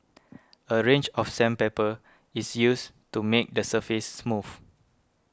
a range of sandpaper is used to make the surface smooth